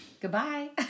Goodbye